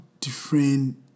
different